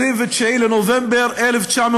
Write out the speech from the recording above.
29 בנובמבר 1947,